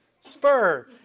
spur